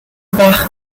part